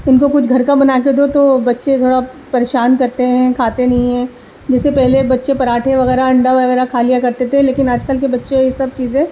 ان کو کچھ گھر کا بنا کے دو تو بچے تھوڑا پریشان کرتے ہیں کھاتے نہیں ہیں جیسے پہلے بچے پراٹھے وغیرہ انڈا وغیرہ کھا لیا کرتے تھے لیکن آج کل کے بچے یہ سب چیزیں